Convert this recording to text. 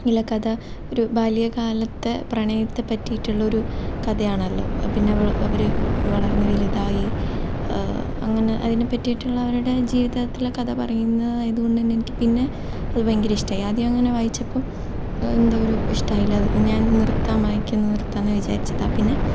അതിലെ കഥ ഒരു ബാല്യകാലത്തെ പ്രണയത്തെ പറ്റിയിട്ടുള്ള ഒരു കഥയാണല്ലോ പിന്നെ അവൾ അവർ വളർന്നു വലുതായി അങ്ങനെ അതിനെപ്പറ്റിയിട്ടുള്ള അവരുടെ ജീവിതത്തിലെ കഥ പറയുന്നതായത് കൊണ്ട് തന്നെ എനിക്ക് പിന്നെ അത് ഭയങ്കര ഇഷ്ടമായി ആദ്യം അങ്ങനെ വായിച്ചപ്പോൾ എന്താണ് ഒരു ഇഷ്ടമായില്ല അത് ഞാൻ നിർത്താം വായിക്കുന്നത് നിർത്താം എന്നു വിചാരിച്ചതാണ് പിന്നെ